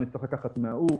אני צריך לקחת מן ההוא,